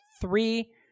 three